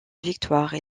victoire